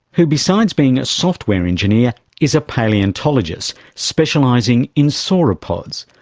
who besides being a software engineer is a palaeontologist specialising in sauropods,